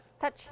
Touch